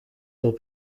will